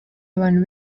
abantu